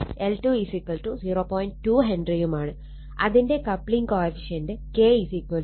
2 ഹെൻറിയുമാണ് അതിന്റെ coupling coefficient K 0